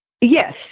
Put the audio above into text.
Yes